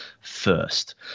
first